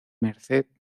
merced